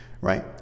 right